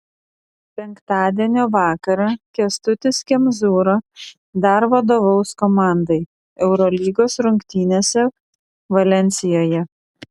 penktadienio vakarą kęstutis kemzūra dar vadovaus komandai eurolygos rungtynėse valensijoje